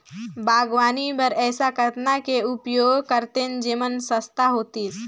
बागवानी बर ऐसा कतना के उपयोग करतेन जेमन सस्ता होतीस?